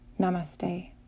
Namaste